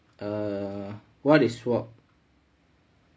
err what is S_W_O_P